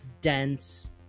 dense